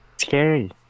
scary